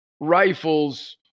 rifles